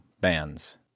bands